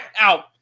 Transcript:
out